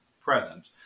present